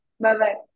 Bye-bye